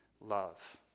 love